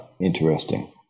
interesting